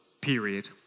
period